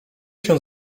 się